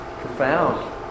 profound